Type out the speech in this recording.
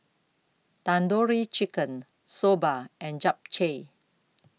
Tandoori Chicken Soba and Japchae